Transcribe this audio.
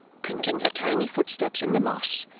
printing her tiny footsteps in the moss,